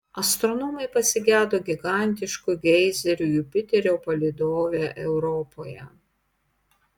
astronomai pasigedo gigantiškų geizerių jupiterio palydove europoje